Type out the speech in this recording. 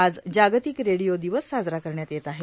आज जागतिक रेडीओ दिवस साजरा करण्यात येत आहे